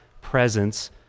presence